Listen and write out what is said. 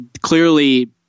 clearly